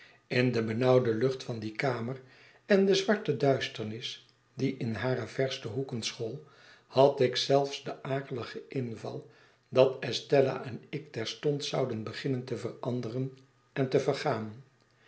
in de benauwde lucht van die kamer en de zwarte duisternis die in hare verste hoeken school had ik zelfs den akeligen inval dat estella en ik terstond zouden beginnen te veranderen en te vergaan